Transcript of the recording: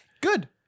good